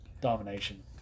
Domination